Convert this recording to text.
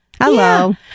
Hello